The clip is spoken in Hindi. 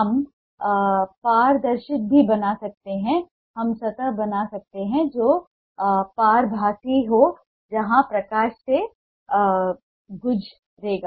हम पारदर्शिता भी बना सकते हैं हम सतह बना सकते हैं जो पारभासी हो जहां प्रकाश से गुजरेगा